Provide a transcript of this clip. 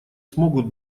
смогут